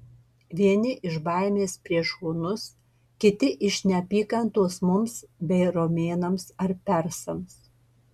vieni iš baimės prieš hunus kiti iš neapykantos mums bei romėnams ar persams